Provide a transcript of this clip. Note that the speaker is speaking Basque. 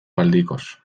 aldikoz